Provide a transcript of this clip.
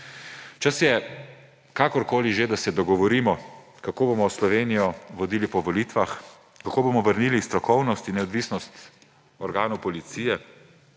Čas je, kakorkoli že, da se dogovorimo, kako bomo Slovenijo vodili po volitvah, kako bomo vrnili strokovnost in neodvisnost organu Policije,